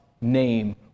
name